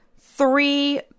three